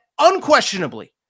unquestionably